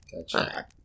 Gotcha